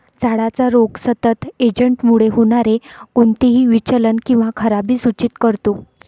झाडाचा रोग सतत एजंटमुळे होणारे कोणतेही विचलन किंवा खराबी सूचित करतो